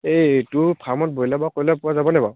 এই তোৰ ফাৰ্মত ব্ৰইলাৰ বা কইলাৰ পোৱা যাব নাই বাৰু